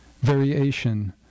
Variation